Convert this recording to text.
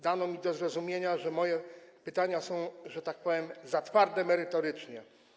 Dano mi do zrozumienia, że moje pytania są, że tak powiem, za twarde merytorycznie.